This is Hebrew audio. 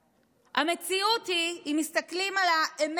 המציאות היא, אם מסתכלים על האמת של החיים,